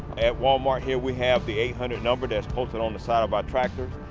at walmart here, we have the eight hundred number that's posted on the side of our tractors.